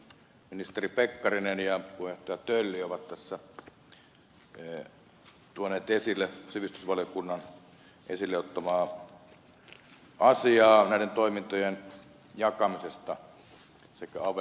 ministeri pekkarinen ja puheenjohtaja tölli ovat tässä tuoneet esille sivistysvaliokunnan esille ottamaa asiaa näiden toimintojen jakamisesta sekä aveihin että elyihin